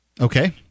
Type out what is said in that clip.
Okay